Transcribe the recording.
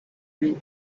you